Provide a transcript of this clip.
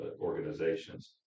organizations